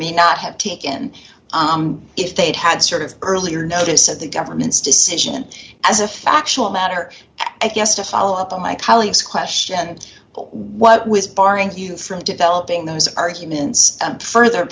may not have taken if they'd had sort of earlier notice of the government's decision as a factual matter i guess to follow up on my colleague's question what was barring us from developing those arguments and further